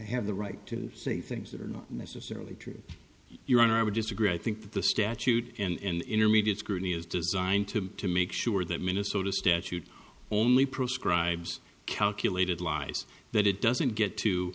have the right to say things that are not necessarily true your honor i would disagree i think that the statute in intermediate scrutiny is designed to to make sure that minnesota statute only proscribes calculated lies that it doesn't get